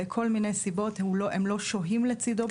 כל מיני סיבות הם לא שוהים לצידו .